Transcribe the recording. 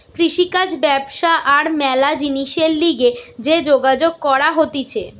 কৃষিকাজ ব্যবসা আর ম্যালা জিনিসের লিগে যে যোগাযোগ করা হতিছে